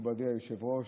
מכובדי היושב-ראש,